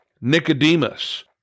Nicodemus